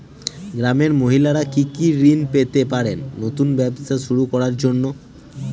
গ্রামের মহিলারা কি কি ঋণ পেতে পারেন নতুন ব্যবসা শুরু করার জন্য?